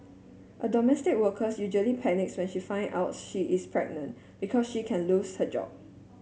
a domestic workers usually panics when she find out she is pregnant because she can lose her job